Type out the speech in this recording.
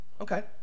okay